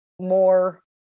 more